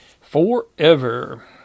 forever